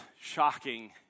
shocking